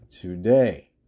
today